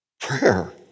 Prayer